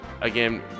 Again